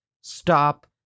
stop